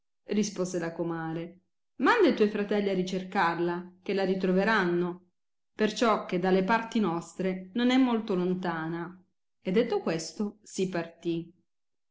rispose la comare manda i tuoi fratelli a ricercarla che la ritroveranno perciò che dalle parti nostre non è molto lontana e detto questo si partì